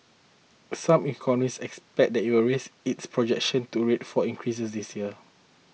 some economists expect that it will raise its projection to rate four increases this year